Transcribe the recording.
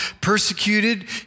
persecuted